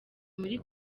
muri